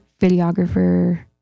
videographer